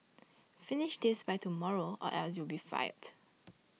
finish this by tomorrow or else you'll be fired